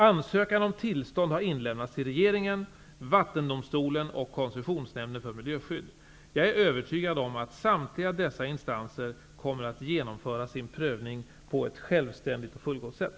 Ansökan om tillstånd har inlämnats till regeringen, Vattendomstolen och Koncessionsnämnden för miljöskydd. Jag är övertygad om att samtliga dessa instanser kommer att genomföra sin prövning på ett självständigt och fullgott sätt.